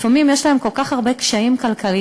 לפעמים יש להן כל כך הרבה קשיים כלכליים